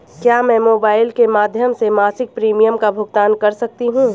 क्या मैं मोबाइल के माध्यम से मासिक प्रिमियम का भुगतान कर सकती हूँ?